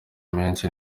menshi